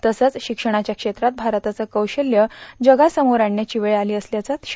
तसंव श्रिक्षणाच्या क्षेत्रात भारताचं कौशल्य जगासमोर आणण्याची वेळ आली असल्याचं श्री